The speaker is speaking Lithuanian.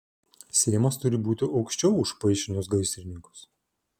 seimas turi būti aukščiau už paišinus gaisrininkus